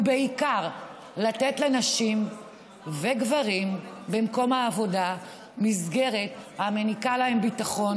ובעיקר לתת לנשים וגברים במקום העבודה מסגרת המעניקה להם ביטחון,